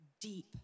deep